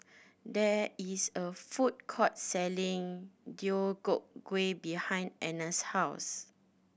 there is a food court selling Deodeok Gui behind Anna's house